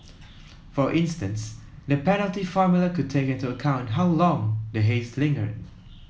for instance the penalty formula could take into account how long the haze lingered